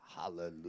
Hallelujah